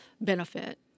benefit